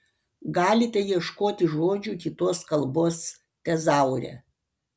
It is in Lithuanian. galite ieškoti žodžių kitos kalbos tezaure